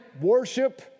worship